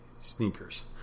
sneakers